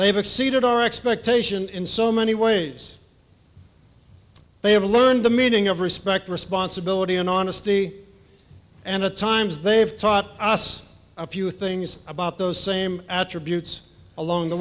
they've exceeded our expectation in so many ways they have learned the meaning of respect responsibility and honesty and at times they have taught us a few things about those same attributes along the